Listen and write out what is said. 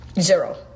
zero